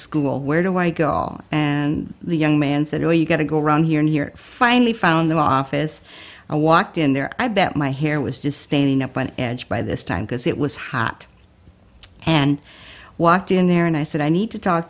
school where do i go all and the young man said oh you got to go run here and here finally found the office and walked in there i bet my hair was just standing up on edge by this time because it was hot and walked in there and i said i need to talk